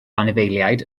anifeiliaid